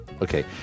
Okay